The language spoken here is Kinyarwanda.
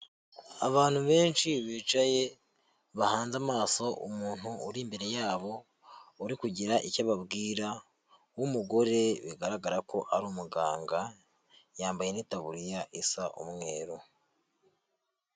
Abantu benshi bicaye bahanze amaso umuntu uri imbere yabo uri kugira icyo ababwira w'umugore bigaragara ko ari umuganga yambaye n'itaburiya isa umweru.